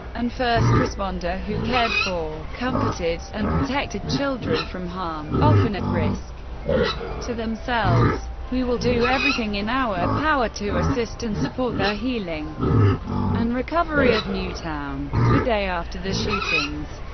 and first responder who cared for, comforted, and protected children from harm, often at risk to themselves. we will do everything in our power to assist and support the healing and recovery of newtown. the day after the shootings,